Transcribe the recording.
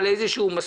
לא נעבור על זה